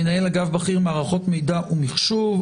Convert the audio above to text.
מנהל אגף בכיר מערכות מידע ומחשוב,